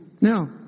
Now